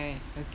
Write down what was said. okay